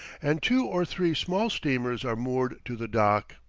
and two or three small steamers are moored to the dock.